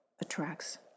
attracts